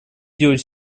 делать